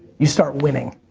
you start winning,